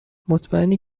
مطمئنی